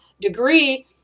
degree